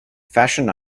fashion